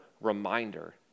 reminder